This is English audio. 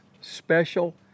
special